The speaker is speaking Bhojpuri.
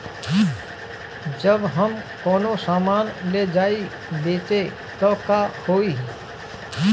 जब हम कौनो सामान ले जाई बेचे त का होही?